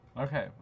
okay